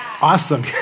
Awesome